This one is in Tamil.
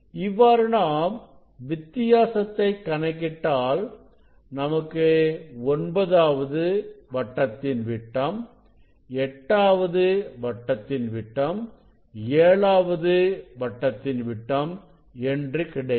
இவ்வாறு நாம் வித்தியாசத்தை கணக்கிட்டால் நமக்கு 9 ஆவது வட்டத்தின் வட்டம் 8ஆவது வட்டத்தின் விட்டம் 7ஆவது வட்டத்தின் விட்டம் என்று கிடைக்கும்